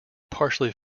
partially